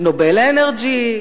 "נובל אנרג'י"